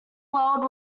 world